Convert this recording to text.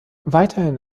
weiterhin